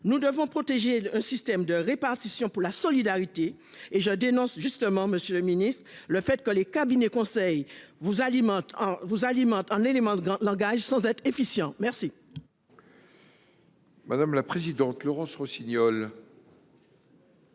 Nous devons protéger le système de répartition pour la solidarité. Et je dénonce justement, monsieur le ministre, le fait que les cabinets de conseil vous alimentent en éléments de langage sans être efficients !